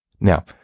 Now